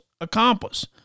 accomplice